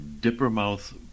Dippermouth